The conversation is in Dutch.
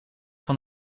van